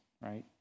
right